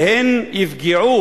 והן יפגעו,